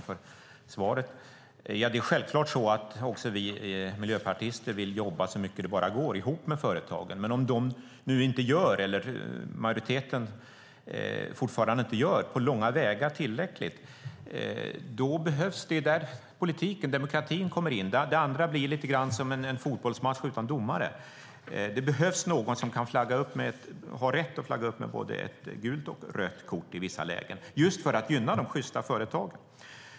Fru talman! Självklart vill även vi miljöpartister jobba så mycket det bara går tillsammans med företagen. Men om majoriteten fortfarande inte på långa vägar gör tillräckligt är det där som politiken och demokratin kommer in. Det andra blir lite grann som en fotbollsmatch utan domare. Det behövs någon som har rätt att flagga med både ett gult och ett rött kort i vissa lägen just för att gynna de sjysta företagen.